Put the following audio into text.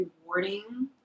rewarding